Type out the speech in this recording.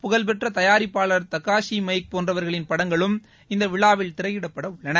புகழ்பெற்ற தயாரிப்பாளர் Takashi Miike போன்றவர்களின் படங்களும் இந்த விழாவில் திரையிடப்பட உள்ளன